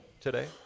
today